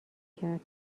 کرد